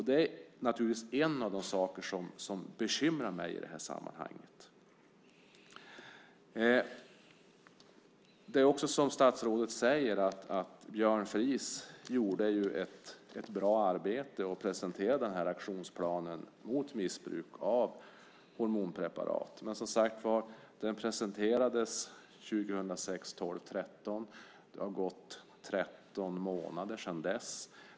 Det är en av de saker som bekymrar mig i det här sammanhanget. Björn Fries gjorde ett bra arbete och presenterade aktionsplanen mot missbruk av hormonpreparat, precis som statsrådet säger. Men den presenterades den 13 december 2006. Det har gått 13 månader sedan dess.